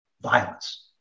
violence